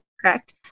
correct